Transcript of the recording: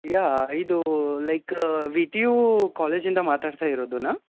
ಯಾ ಇದು like V T U ಕಾಲೇಜಿಂದ ಮಾತಾಡ್ತ ಇರೋದಾ